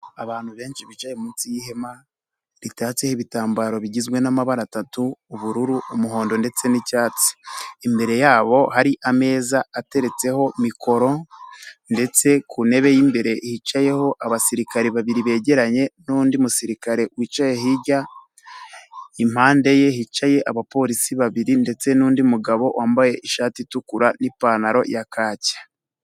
Abantu benshi bicaye munsi y'ihema ritatseho ibitambaro bigizwe n'amabara atatu, ubururu, umuhondo ndetse n'icyatsi, imbere yabo hari ameza ateretseho mikoro ndetse ku ntebe y'imbere hicayeho abasirikare babiri begeranye n'undi musirikare wicaye hirya, impande ye hicaye abapolisi babiri ndetse n'undi mugabo wambaye ishati itukura n'ipantaro ya kake.